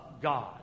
God